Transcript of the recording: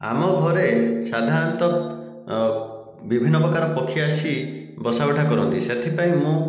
ଆମ ଘରେ ସାଧାରଣତଃ ବିଭିନ୍ନ ପ୍ରକାର ପକ୍ଷୀ ଆସି ବସା ଉଠା କରନ୍ତି ସେଥିପାଇଁ ମୁଁ